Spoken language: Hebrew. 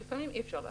לפעמים אי אפשר לעשות,